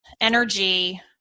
energy